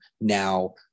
now